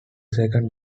second